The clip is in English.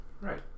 Right